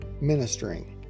ministering